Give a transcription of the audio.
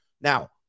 now